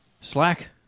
Slack